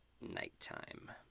nighttime